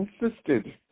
insisted